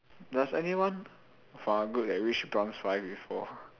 does anyone !wah! good eh you reach bronze five before